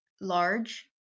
large